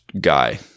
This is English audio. Guy